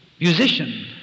Musician